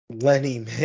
Lenny